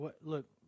look